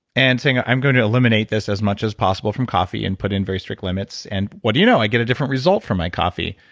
and saying, i'm going to eliminate this as much as possible from coffee and put in very strict limits, and what do you know, i get a different result from my coffee.